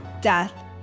death